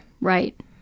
Right